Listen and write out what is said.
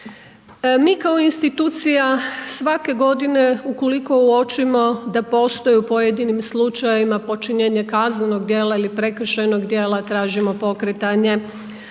Mi kao institucija svake godine ukoliko uočimo da postoji u pojedinim slučajevima počinjenje kaznenog djela ili prekršajnog djela tražimo pokretanje